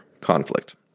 conflict